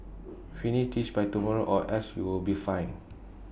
finish this by tomorrow or else you'll be fired